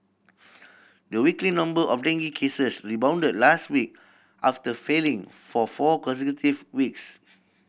the weekly number of dengue cases rebounded last week after feeling for four consecutive weeks